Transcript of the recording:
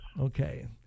Okay